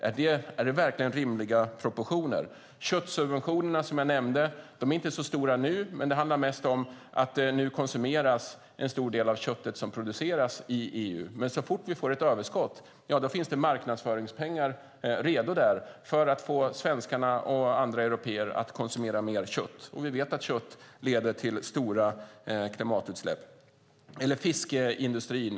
Är det verkligen rimliga proportioner? Köttsubventionerna som jag nämnde är inte så stora nu. Det handlar dock om att en stor del av köttet som produceras i EU nu konsumeras men att det så fort vi får ett överskott finns marknadsföringspengar redo för att få svenskarna och andra européer att konsumera mer kött. Vi vet att kött leder till stora klimatutsläpp. Ta fiskeindustrin!